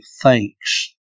thanks